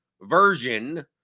version